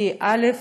כי, ראשית,